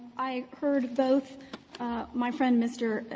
i heard both my friend mr.